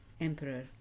Emperor